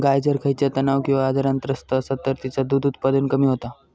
गाय जर खयच्या तणाव किंवा आजारान त्रस्त असात तर तिचा दुध उत्पादन कमी होता